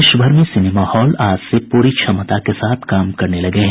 देशभर में cinema hall आज से पूरी क्षमता के साथ काम करने लगे हैं